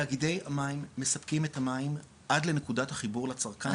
תאגידי המים מספקים את המים עד לנקודת החיבור לצרכן,